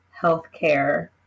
healthcare